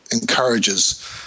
encourages